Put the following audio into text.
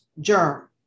germ